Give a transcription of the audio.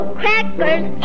crackers